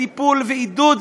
טיפול ועידוד,